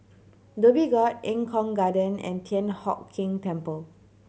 Dhoby Ghaut Eng Kong Garden and Thian Hock Keng Temple